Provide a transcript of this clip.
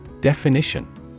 Definition